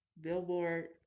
Billboard